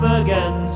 again